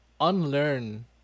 unlearn